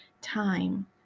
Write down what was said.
time